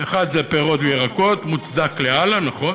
האחד זה פירות וירקות, מוצדק לאללה, נכון,